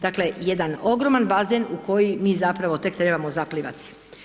Dakle, jedan ogroman bazen u koji mi zapravo tek trebamo zaplivati.